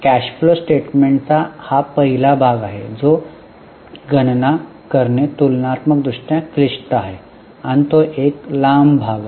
cash flow स्टेटमेंटचा हा पहिला भाग आहे जो गणना करणे तुलनात्मक दृष्ट्या क्लिष्ट आहे आणि तो एक लांब भाग आहे